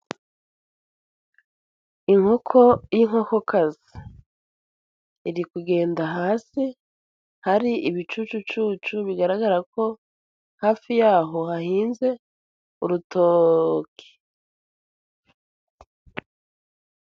Inkoko y'inkokokazi, iri kugenda hasi hari ibicucucucu, bigaragara ko hafi yaho hahinze urutoki.